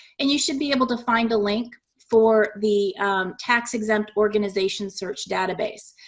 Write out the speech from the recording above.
and you should be able to find a link for the tax-exempt organization search database.